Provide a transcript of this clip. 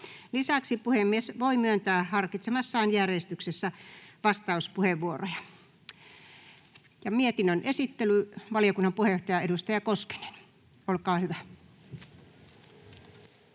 Lisäksi puhemies voi myöntää harkitsemassaan järjestyksessä vastauspuheenvuoroja. — Mietinnön esittely, valiokunnan puheenjohtaja, edustaja Koskinen, olkaa hyvä.